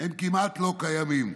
הם כמעט לא קיימים,